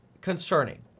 concerning